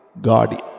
Guardian